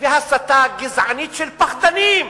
והסתה גזענית של פחדנים.